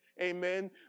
amen